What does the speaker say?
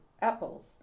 apples